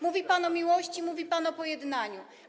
Mówi pan o miłości, mówi pan o pojednaniu.